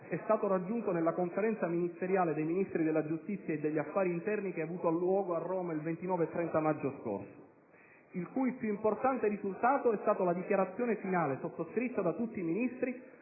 è stato raggiunto nella Conferenza ministeriale dei Ministri della giustizia e degli affari interni che ha avuto luogo a Roma il 29 e 30 maggio scorso, il cui più importante risultato è stata la dichiarazione finale, sottoscritta da tutti i Ministri,